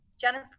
Jennifer